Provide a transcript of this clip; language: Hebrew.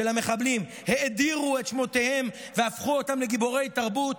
של המחבלים האדירו את שמותיהם והפכו אותם לגיבורי תרבות